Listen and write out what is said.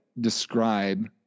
describe